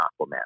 Aquaman